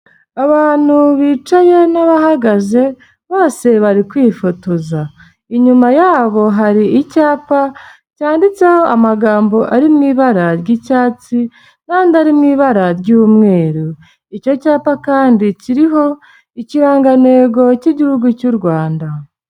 Abantu bicaye n'abahagaze bose bari kwifotoza, inyuma yabo hari icyapa cyanditseho amagambo ari mu ibara ry'icyatsi n'andi ari mu ibara ry'umweru, icyo cyapa kandi kiriho Ikirangantego cy'Igihugu cy'u Rwanda.